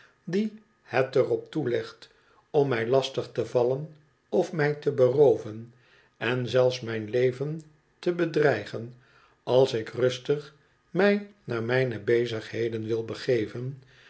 die het er op toelegt om mij lastig te vallen of mij te berooven en zelfs mijn leven te bedreigen als ik rustig mij naar mijne bezigheden wil begeven